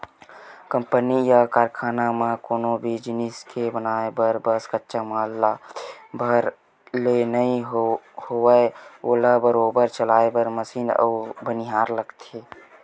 company या कारखाना म कोनो भी जिनिस के बनाय बर बस कच्चा माल ला दे भर ले नइ होवय ओला बरोबर चलाय बर मसीन अउ बनिहार लगथे